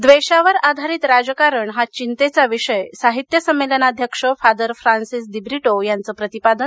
द्वेषावर आधारित राजकारण हा चिंतेचा विषय साहित्य संमेलनाध्यक्ष फादर फ्रान्सिस दिब्रिटो यांचं प्रतिपादन